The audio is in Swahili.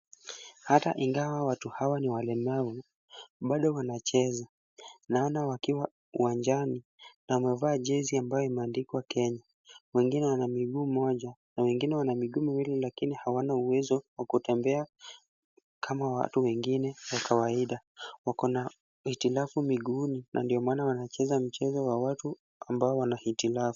Hata ingawa watu hawa ni walemavu, bado wanacheza. Naona wakiwa uwanjani na wamevaa jezi ambayo imeandikwa Kenya. Wengine wana mguu mmoja na wengine wana miguu miwili lakini hawana uwezo wa kutembea kama watu wengine wa kawaida. Wako na hitilafu miguuni na ndio maana wanacheza mchezo wa watu ambao wana hitilafu.